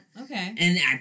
Okay